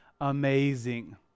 amazing